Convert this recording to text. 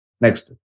Next